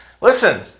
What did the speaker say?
listen